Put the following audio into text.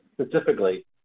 Specifically